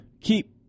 keep